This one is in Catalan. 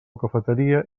cafeteria